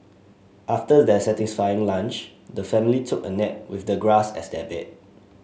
after their satisfying lunch the family took a nap with the grass as their bed